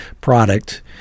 product